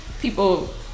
people